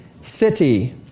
City